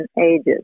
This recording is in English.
ages